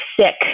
sick